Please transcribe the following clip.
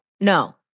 No